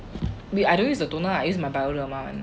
I don't use the toner I use the Bioderma [one]